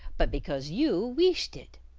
but because you weeshed it.